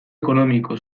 ekonomiko